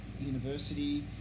university